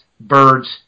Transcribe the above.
birds